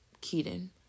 Keaton